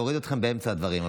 להוריד אתכם באמצע הדברים,